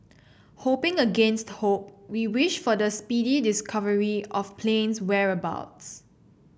hoping against hope we wish for the speedy discovery of plane's whereabouts